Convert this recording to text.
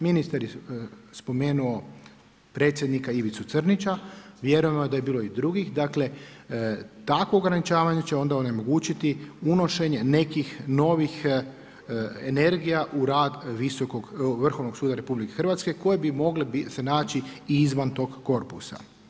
Ministar je spomenuo predsjednika Ivicu Crnića, vjerujemo da je bilo i drugih, dakle takvo ograničavanje će onda onemogućiti unošenje nekih novih energija u rad Vrhovnog suda RH koje bi mogle se naći i izvan tog korpusa.